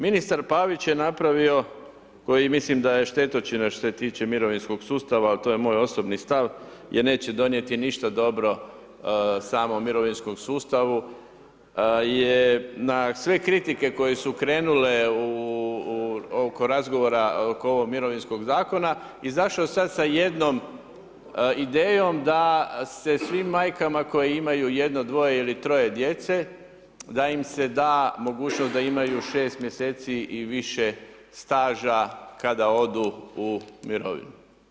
Ministar Pavić je napravio, koji mislim da je štetočina što se tiče mirovinskog sustava, to je moj osobni stav, je neće donijeti ništa dobro samom mirovinskom sustavu je na sve kritike koje su krenule oko razgovora, oko ovog mirovinskog Zakona, izašao sada sa jednom idejom da se svim majkama koje imaju jedno, dvoje ili troje djece, da im se da mogućnost da imaju 6 mjeseci i više staža kada odu u mirovinu.